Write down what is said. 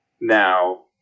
now